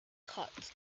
cut